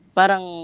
parang